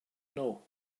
know